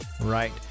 Right